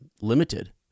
limited